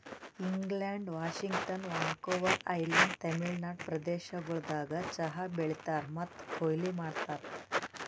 England, Washington, Vancouver island, Tamil Nadu ಪ್ರದೇಶಗೊಳ್ದಾಗ್ ಚಹಾ ಬೆಳೀತಾರ್ ಮತ್ತ ಕೊಯ್ಲಿ ಮಾಡ್ತಾರ್